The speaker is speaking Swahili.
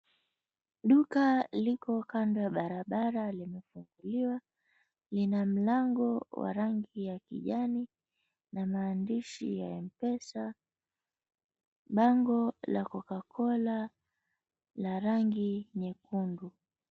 Duka liko kando ya barabara, limefunguliwa, lina mlango wa rangi ya kijani na maandishi ya M-Pesa, bango la Coca-Cola la rangi nyekundu.